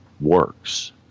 works